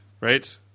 right